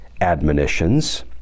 admonitions